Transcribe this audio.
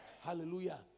Hallelujah